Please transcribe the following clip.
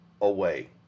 away